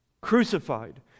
crucified